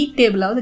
table